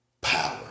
power